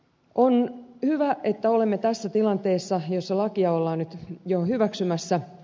on hyvä että olemme tässä tilanteessa jossa lakia ollaan nyt jo hyväksymässä